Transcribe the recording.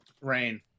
Rain